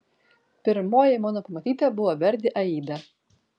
pirmoji mano pamatyta buvo verdi aida